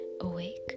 Awake